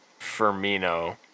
Firmino